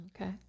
Okay